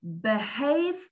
behave